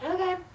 Okay